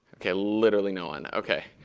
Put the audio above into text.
ok, literally no one. ok.